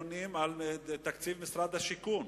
הדיון על משרד השיכון.